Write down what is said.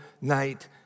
night